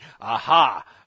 Aha